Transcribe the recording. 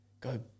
Go